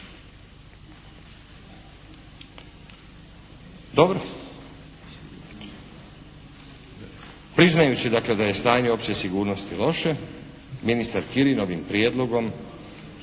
Dobro. Priznajući dakle da je stanje opće sigurnosti loše ministar Kirin ovim Prijedlogom